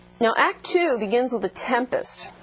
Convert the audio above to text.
now act two begins with a tempest